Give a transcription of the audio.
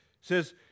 says